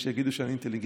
יש שיגידו שאני אינטליגנט.